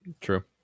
True